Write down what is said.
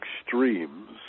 extremes